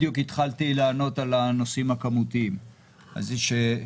13:45) בדיוק התחלתי לענות על הנושאים הכמותיים ששאלת.